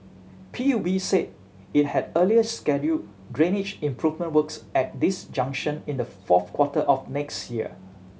P U B said it had earlier scheduled drainage improvement works at this junction in the fourth quarter of next year